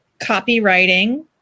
copywriting